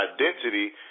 Identity